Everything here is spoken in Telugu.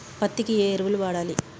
పత్తి కి ఏ ఎరువులు వాడాలి?